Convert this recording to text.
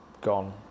gone